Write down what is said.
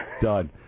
Done